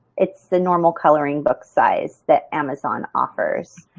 it's the normal coloring book size that amazon offers.